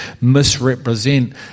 misrepresent